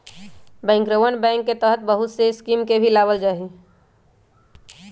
बैंकरवन बैंक के तहत बहुत से स्कीम के भी लावल जाहई